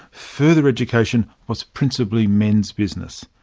further education was principally men's business.